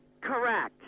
Correct